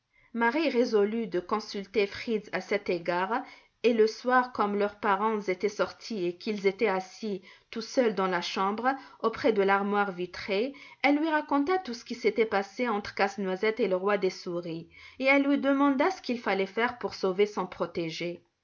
marie résolut de consulter fritz à cet égard et le soir comme leurs parents étaient sortis et qu'ils étaient assis tout seuls dans la chambre auprès de l'armoire vitrée elle lui raconta tout ce qui s'était passé entre casse-noisette et le roi des souris et elle lui demanda ce qu'il fallait faire pour sauver son protégé